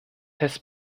has